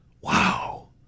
wow